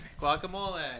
guacamole